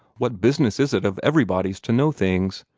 what business is it of everybody's to know things?